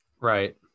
Right